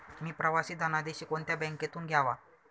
मी प्रवासी धनादेश कोणत्या बँकेतून घ्यावा?